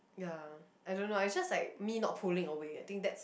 ya I don't know I just like me not pulling over yet think that